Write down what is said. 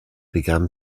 began